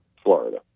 Florida